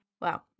wow